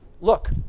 Look